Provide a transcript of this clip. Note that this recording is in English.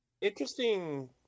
Interesting